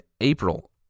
April